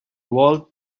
walled